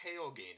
tailgating